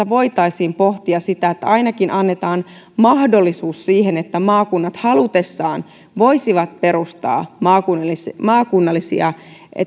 voitaisiin pohtia sitä että ainakin annetaan mahdollisuus siihen että maakunnat halutessaan voisivat perustaa maakunnallisia maakunnallisia